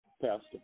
Pastor